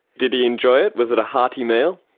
did he enjoy it? was it a hearty meal?